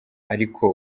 ariko